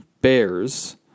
bears